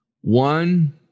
One